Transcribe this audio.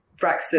Brexit